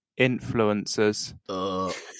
influencers